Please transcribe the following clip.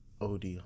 OD